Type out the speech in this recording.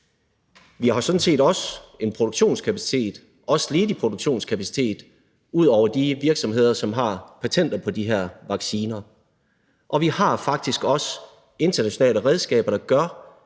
Vi har sådan set også en produktionskapacitet og også en ledig produktionskapacitet ud over de virksomheder, som har patenter på de her vacciner. Og vi har faktisk også internationale redskaber, der gør,